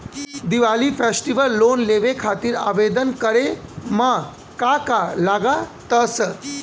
Diwali festival loan लेवे खातिर आवेदन करे म का का लगा तऽ?